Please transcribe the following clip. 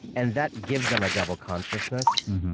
and that gives them a double consciousness.